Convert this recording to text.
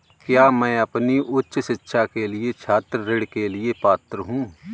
क्या मैं अपनी उच्च शिक्षा के लिए छात्र ऋण के लिए पात्र हूँ?